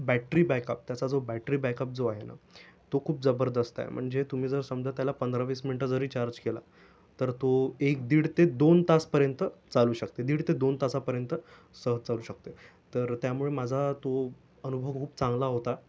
battery backup त्याचा जो battery backup जो आहे ना तो खूप जबरदस्त आहे म्हणजे तुम्ही जर समजा त्याला पंधरावीस मिनिटं जरी चार्ज केला तर तो एक दीड ते दोन तासपर्यंत चालू शकते दीड ते दोन तासापर्यंत सहज चालू शकते तर त्यामुळे माझा तो अनुभव खूप चांगला होता